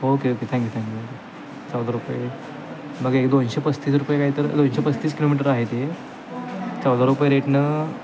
okay okay thank you thank you चौदा रुपये मग एक दोनशे पस्तीस रुपये काय तर दोनशे पस्तीस किलोमीटर आहे ते चौदा रुपये रेटनं